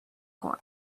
corn